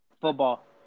Football